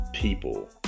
people